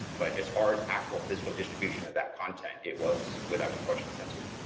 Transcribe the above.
but as far as actual physical distribution of that content, it was, without any question, censored.